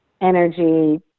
energy